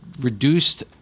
reduced